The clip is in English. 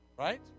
right